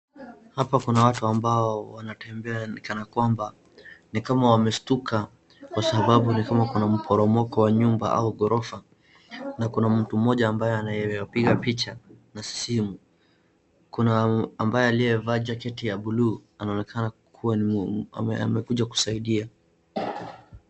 Hapa kuna watu ambao wanatembea ni kana kwamba ni kama wameshtuka kwa sababu ni kama kuna mporomoko wa nyumba au ghorofa, na kuna mtu mmoja ambaye anayepiga picha na simu. Kuna ambaye aliyevaa jaketi ya buluu anaonekana kuwa amekuja kusaidia.